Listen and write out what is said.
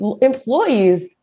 Employees